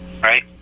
right